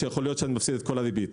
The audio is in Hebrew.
שבהן יכול להיות שאני מפסיד את כל הריבית.